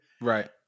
Right